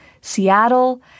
Seattle